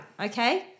okay